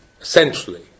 essentially